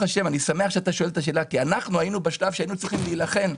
אני שמח אתה שואל את השאלה כי אנחנו היינו בשלב שהיינו צריכים להילחם.